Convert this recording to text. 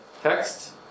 text